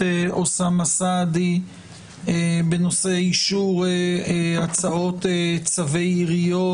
אוסאמה סעדי בנושא אישור הצעות צווי עיריות